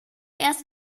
erst